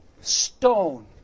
stone